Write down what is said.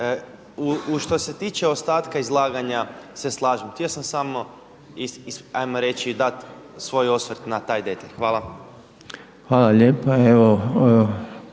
Što se tiče ostatka izlaganja se slažem, htio sam samo ajmo reći dati svoj osvrt na taj detalj. Hvala. **Reiner,